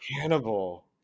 cannibal